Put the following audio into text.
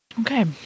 Okay